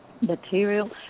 material